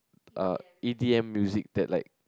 uh E_D_M music that like